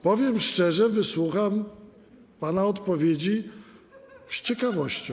Powiem szczerze: wysłucham pana odpowiedzi z ciekawością.